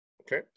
okay